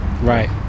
Right